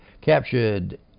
captured